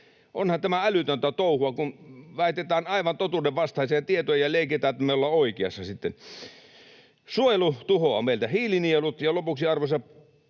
Onhan tämä älytöntä touhua, kun väitetään aivan totuudenvastaisia tietoja ja leikitään, että ollaan sitten oikeassa. Suojelu tuhoaa meiltä hiilinielut. Ja lopuksi, arvoisa puhemies,